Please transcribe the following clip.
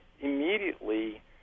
immediately